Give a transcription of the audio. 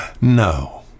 no